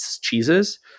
cheeses